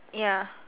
ya